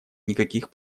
никаких